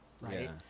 Right